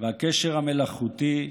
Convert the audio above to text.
והקשר המלאכותי,